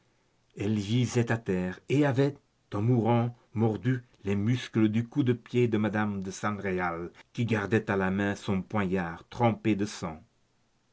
elle gisait à terre et avait en mourant mordu les muscles du cou-de-pied de madame de san réal qui gardait à la main son poignard trempé de sang